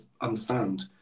understand